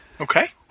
Okay